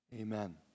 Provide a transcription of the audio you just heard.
Amen